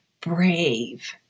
brave